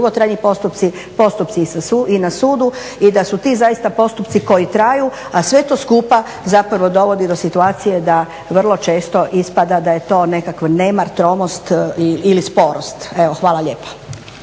dugotrajni postupci, postupci i na sudu i da su ti zaista postupci koji traju a sve to skupa zapravo dovodi do situacije da vrlo često ispada da je to nekakav nemar, tromost ili sporost. Evo, hvala lijepa.